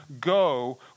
go